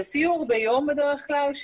זה סיור ביום בדרך כלל,